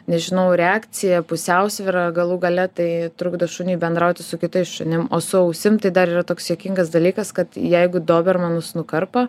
nežinau reakcija pusiausvyra galų gale tai trukdo šuniui bendrauti su kitais šunim o su ausim tai dar yra toks juokingas dalykas kad jeigu dobermanus nukarpo